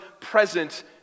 present